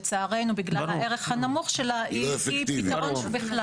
לצערנו בגלל הערך הנמוך שלה היא פתרון שהוא בכלל